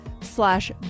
Slash